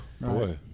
boy